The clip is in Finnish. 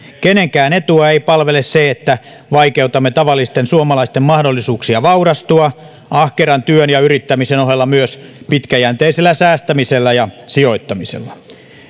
kenenkään etua ei palvele se että vaikeutamme tavallisten suomalaisten mahdollisuuksia vaurastua ahkeran työn ja yrittämisen ohella myös pitkäjänteisellä säästämisellä ja sijoittamisella